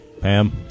Pam